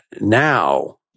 now